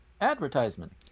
Advertisement